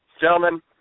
Gentlemen